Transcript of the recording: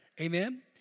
Amen